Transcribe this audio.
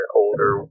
older